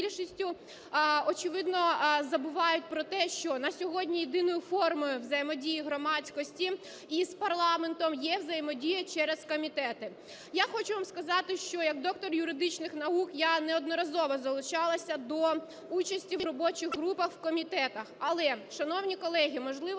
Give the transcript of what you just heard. очевидно забувають про те, що на сьогодні єдиною формою взаємодії громадськості із парламентом є взаємодія через комітети. Я хочу вам сказати, що як доктор юридичних наук я неодноразово залучалася до участі в робочих групах у комітетах. Але, шановні колеги, можливо,